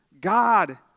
God